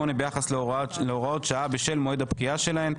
ביחס להוראות שעה בשל מועד הפקיעה שלהן.